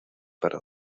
para